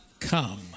Come